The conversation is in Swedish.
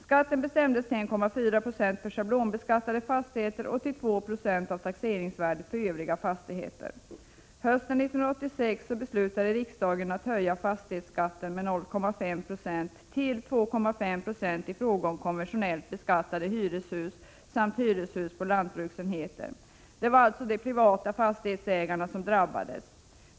Skatten bestämdes till 1,4 26 för schablonbeskattade fastigheter och till 2 96 av taxeringsvärdet för övriga fastigheter. Hösten 1986 beslutade riksdagen att höja fastighetsskatten med 0,5 96 till 2,5 Jo i fråga om konventionellt beskattade hyreshus samt hyreshus på lantbruksenheter. Det var alltså de privata fastighetsägarna som drabbades.